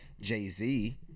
Jay-Z